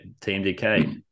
TMDK